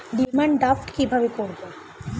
Demand draft কীভাবে করব?